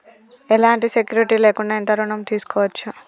ఎలాంటి సెక్యూరిటీ లేకుండా ఎంత ఋణం తీసుకోవచ్చు?